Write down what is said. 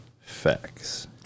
facts